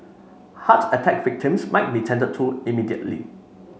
heart attack victims might be tended to immediately